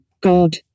God